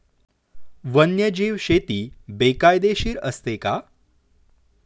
वन्यजीव शेती बेकायदेशीर असते का?